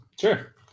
Sure